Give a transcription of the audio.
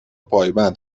پایبند